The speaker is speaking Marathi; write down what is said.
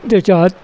त्याच्यात